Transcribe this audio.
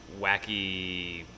wacky